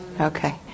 okay